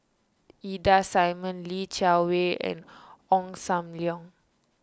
Ida Simmons Li Jiawei and Ong Sam Leong